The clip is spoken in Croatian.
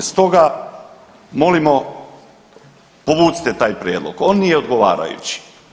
Stoga molimo povucite taj prijedlog, on nije odgovarajući.